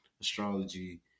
astrology